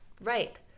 Right